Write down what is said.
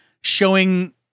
showing